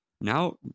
Now